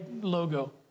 logo